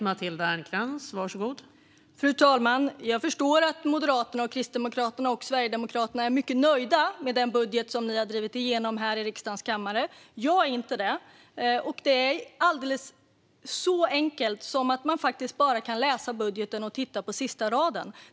Fru talman! Jag förstår att Moderaterna, Kristdemokraterna och Sverigedemokraterna är mycket nöjda med den budget som de har drivit igenom i riksdagens kammare. Jag är inte det. Skälet är så enkelt att man bara kan läsa budgeten och titta på sista raden.